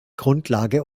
grundlage